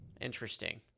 Interesting